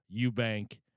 Eubank